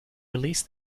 release